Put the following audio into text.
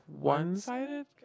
one-sided